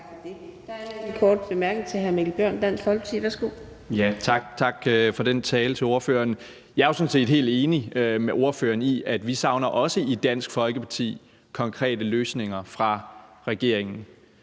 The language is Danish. Tak for ordet.